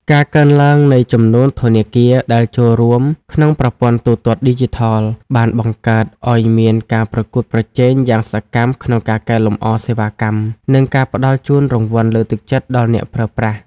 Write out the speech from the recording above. ការកើនឡើងនៃចំនួនធនាគារដែលចូលរួមក្នុងប្រព័ន្ធទូទាត់ឌីជីថល បានបង្កើតឱ្យមានការប្រកួតប្រជែងយ៉ាងសកម្មក្នុងការកែលម្អសេវាកម្ម និងការផ្ដល់ជូនរង្វាន់លើកទឹកចិត្តដល់អ្នកប្រើប្រាស់។